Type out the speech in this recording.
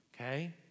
Okay